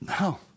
No